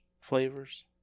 Flavors